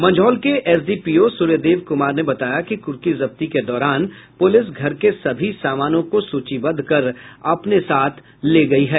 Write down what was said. मंझौल के एसडीपीओ सूर्यदेव कुमार ने बताया कि कुर्की जब्ती के दौरान पुलिस घर के सभी सामानों को सूचीबद्ध कर अपने साथ ले गयी है